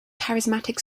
charismatic